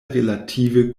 relative